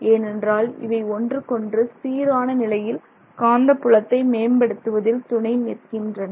ஏனென்றால் இவை ஒன்றுக்கொன்று சீரான நிலையில் காந்த புலத்தை மேம்படுத்துவதில் துணை நிற்கின்றன